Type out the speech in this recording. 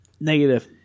Negative